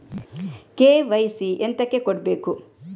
KYC ಎಂತಕೆ ಕೊಡ್ಬೇಕು?